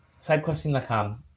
Sidequesting.com